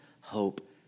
hope